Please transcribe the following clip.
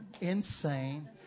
insane